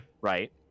Right